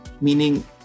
meaning